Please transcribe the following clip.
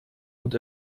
und